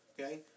okay